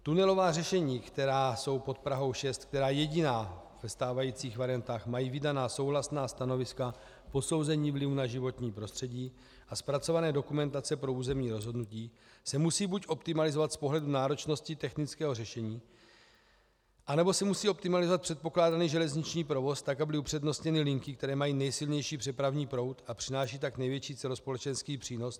Tunelová řešení, která jsou pod Prahou 6, která jediná ve stávajících variantách mají vydaná souhlasná stanoviska k posouzení vlivu na životní prostředí, a zpracované dokumentace pro územní rozhodnutí se musí buď optimalizovat z pohledu náročnosti technického řešení, anebo se musí optimalizovat předpokládaný železniční provoz tak, aby byly upřednostněny linky, které mají nejsilnější přepravní proud a přinášejí tak největší celospolečenský přínos.